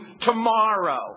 tomorrow